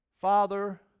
Father